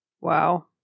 wow